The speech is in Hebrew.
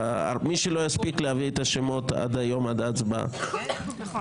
מי שלא יספיק להביא את השמות עד ההצבעה היום.